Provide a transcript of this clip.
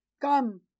Come